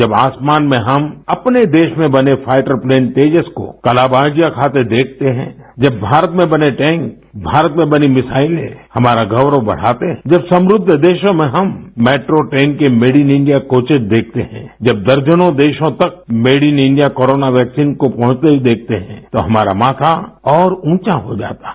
जब आसमान में हम अपने देश में बने फाइटर प्लेथ्न तेजस को कलाबाजियाँ खाते देखते हैं जब भारत में बने टैंक भारत में बनी भिसाइलें हमारा गौरव बढ़ाते हैं जब समृद्ध देशों में हम मेट्रो ट्रेन के मेड इन इंडिया कोचेस देखते हैं जब दर्जनों देशों तक made in India corona vaccine को पहुँचते हुए देखते हैं तो हमारा माथा और ऊंचा हो जाता है